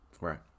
right